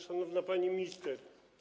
Szanowna Pani Minister!